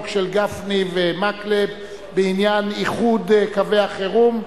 של גפני ומקלב בעניין איחוד קווי החירום.